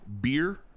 beer